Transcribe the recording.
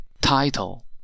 Title